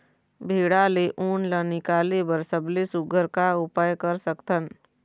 भेड़ा ले उन ला निकाले बर सबले सुघ्घर का उपाय कर सकथन?